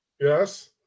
Yes